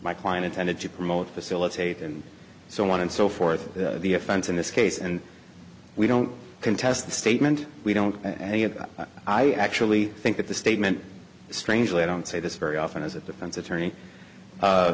my client intended to promote facilitate and so on and so forth the defense in this case and we don't contest the statement we don't and you know i actually think that the statement strangely i don't say this very often as a defense attorney